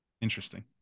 Interesting